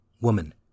Woman